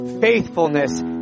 faithfulness